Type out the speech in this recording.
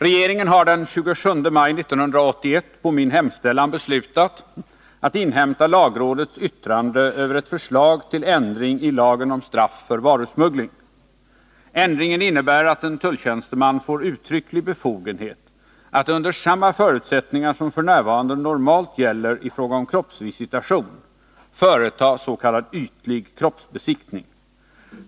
Regeringen har den 27 maj 1981 på min hemställan beslutat att inhämta lagrådets yttrande över ett förslag till ändring i lagen om straff för varusmuggling. Ändringen innebär att en tulltjänsteman får uttrycklig befogenhet att under samma förutsättningar som f. n. normalt gäller i fråga om kroppsvisitation företa s.k. ytlig kroppsbesiktning.